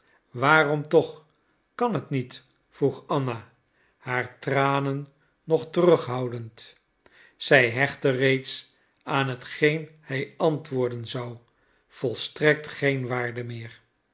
waarom toch kan het niet vroeg anna haar tranen nog terughoudend zij hechtte reeds aan hetgeen hij antwoorden zou volstrekt geen waarde meer